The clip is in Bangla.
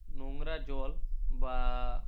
নোংরা জল বা